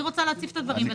אני רוצה להציף את הדברים.